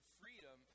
freedom